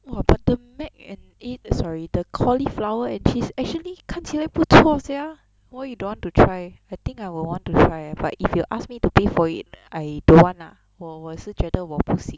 !wah! but the mac and eh the sorry the cauliflower and cheese actually 看起来不错 sia why you don't want to try I think I would want to try eh but if you ask me to pay for it I don't want lah 我我是觉得我不行